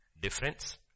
Difference